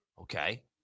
Okay